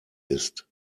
ist